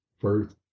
First